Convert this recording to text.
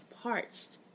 parched